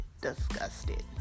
disgusted